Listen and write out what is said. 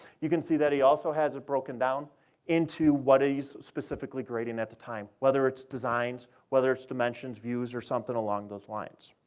you can see that he also has it broken down into what he's specifically grading at the time, whether it's designs, whether it's dimensions, views, or something along those lines.